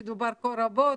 שדובר פה רבות,